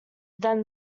than